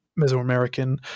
Mesoamerican